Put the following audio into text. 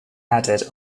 added